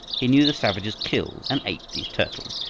he knew the savages killed and ate these turtles,